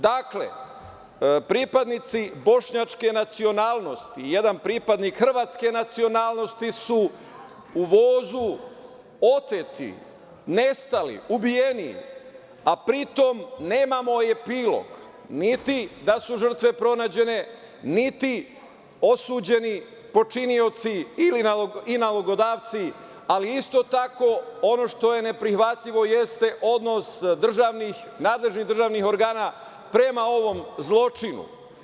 Dakle, pripadnici bošnjačke nacionalnosti i jedan pripadnik hrvatske nacionalnosti su u vozu oteti, nestali, ubijeni, a pri tom nemamo epilog niti da su žrtve pronađene, niti osuđeni počinioci i nalogodavci, ali isto tako ono što je neprihvatljivo jeste odnos nadležnih državnih organa prema ovom zločinu.